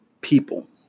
people